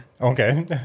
Okay